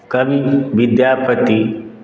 कवि विद्यापति